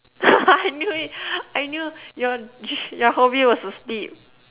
I knew it I knew your your hobby was to sleep